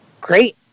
Great